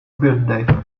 birthday